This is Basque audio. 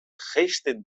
jaisten